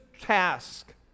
task